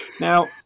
now